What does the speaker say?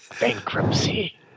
Bankruptcy